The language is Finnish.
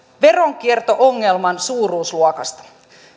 veronkierto ongelman suuruusluokasta